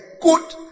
good